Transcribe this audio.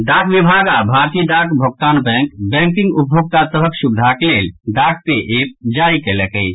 डाक विभाग आ भारतीय डाक भोगतान बैंक बैंकिंग उपभोक्ता सभक सुविधाक लेल डाक पे एप जारी कयलक अछि